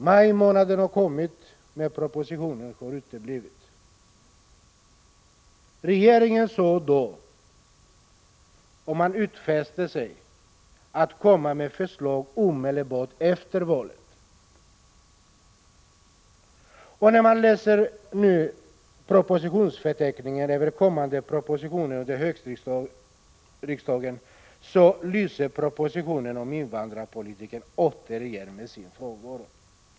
Maj månad har kommit, men propositionen har uteblivit. Regeringen utfäste sig då att komma med förslag omedelbart efter valet. När man läser förteckningen över kommande propositioner under höstriksdagen finner man att propositionen om invandrarpolitiken återigen lyser med sin frånvaro.